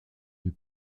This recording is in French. une